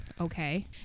okay